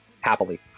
happily